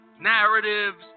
narratives